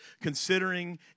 considering